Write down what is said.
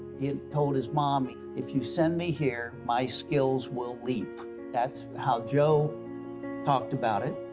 he had told his mom if you send me here my skills will leap that's how joe talked about it.